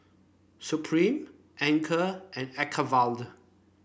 Supreme Anchor and Acuvue